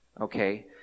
Okay